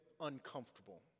uncomfortable